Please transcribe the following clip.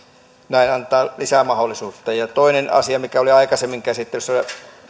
näin antaa lisämahdollisuuden toinen asia mikä oli aikaisemmin käsittelyssä oli